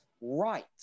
right